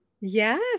Yes